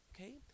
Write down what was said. Okay